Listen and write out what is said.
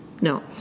no